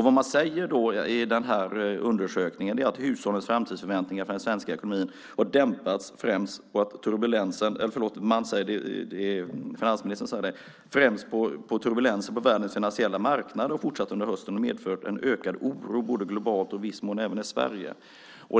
Vad finansministern säger i undersökningen är att hushållens framtidsförväntningar för den svenska ekonomin har dämpats främst på grund av att turbulensen på världens finansiella marknader har fortsatt under hösten och medfört en ökad oro både globalt och i viss mån även i Sverige.